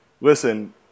Listen